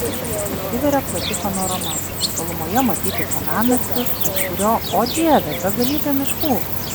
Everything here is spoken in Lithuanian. atsiveria plati panorama tolumoje matyti senamiestis už kiurio o dieve begalybė miškų